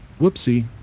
whoopsie